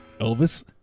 Elvis